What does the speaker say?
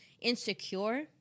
insecure